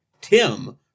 Tim